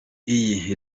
iyi